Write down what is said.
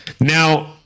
Now